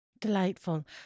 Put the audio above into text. Delightful